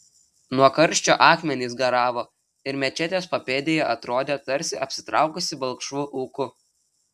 nuo karščio akmenys garavo ir mečetės papėdė atrodė tarsi apsitraukusi balkšvu ūku